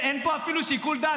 אין פה אפילו שיקול דעת,